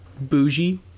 bougie